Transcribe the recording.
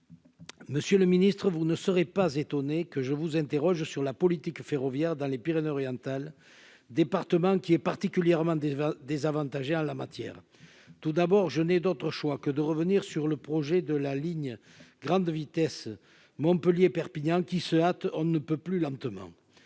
monsieur le ministre vous ne serait pas étonné que je vous interroge sur la politique ferroviaire dans les Pyrénées-Orientales, un département qui est particulièrement décevant désavantagée en la matière, tout d'abord, je n'ai d'autre choix que de revenir sur le projet de la ligne grande vitesse Montpellier Perpignan qui se hâte, on ne peut plus lentement,